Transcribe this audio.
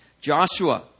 Joshua